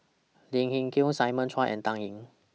Lim Hng Kiang Simon Chua and Dan Ying